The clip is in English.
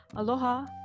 Aloha